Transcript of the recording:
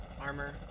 armor